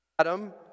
Adam